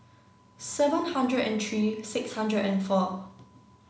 seven hundred and three six hundred and four